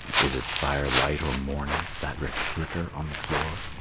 is it firelight or morning, that red flicker on the floor?